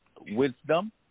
Wisdom